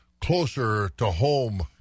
closer-to-home